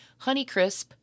Honeycrisp